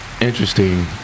interesting